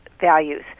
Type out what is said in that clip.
values